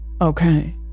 Okay